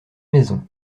maisons